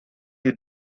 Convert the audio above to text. you